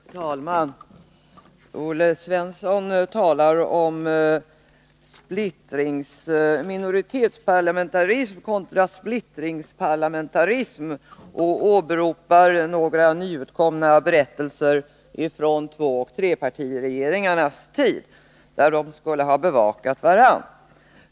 Herr talman! Olle Svensson talar om minoritetsparlamentarism kontra splittringsparlamentarism och åberopar några nyutkomna berättelser från tvåoch trepartiregeringarnas tid, enligt vilka man skulle ha bevakat varandra.